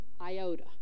iota